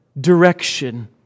direction